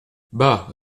bah